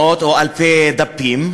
מאות או אלפי דפים.